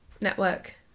network